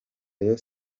rayon